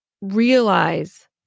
realize